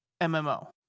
MMO